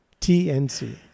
TNC